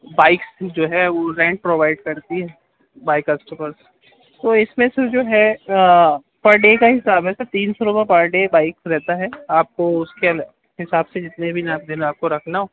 bikes جو ہے وہ رینٹ پرووائڈ کرتی ہے بائیک کسٹمرس تو اِس میں سر جو ہے پر ڈے کا حساب ہے سر تین سو روپیہ پر ڈے بائیک رہتا ہے آپ کو اُس کے حساب سے جتنے بھی دِن آپ کو رکھنا ہو